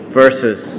verses